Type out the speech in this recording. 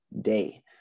day